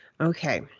okay